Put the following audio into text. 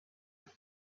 bwe